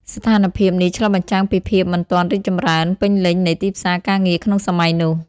ស្ថានភាពនេះឆ្លុះបញ្ចាំងពីភាពមិនទាន់រីកចម្រើនពេញលេញនៃទីផ្សារការងារក្នុងសម័យនោះ។